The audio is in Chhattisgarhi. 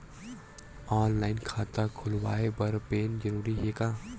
ऑनलाइन खाता खुलवाय बर पैन जरूरी हे का?